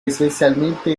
especialmente